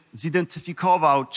zidentyfikował